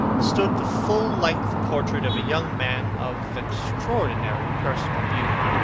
stood the full-length portrait of a young man of extraordinary personal beauty,